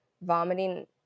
vomiting